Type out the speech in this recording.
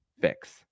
fix